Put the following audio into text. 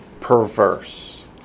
perverse